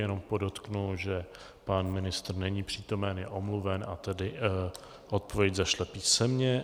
Jenom podotknu, že pan ministr není přítomen, je omluven a tedy odpověď zašle písemně.